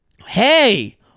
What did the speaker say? hey